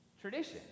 tradition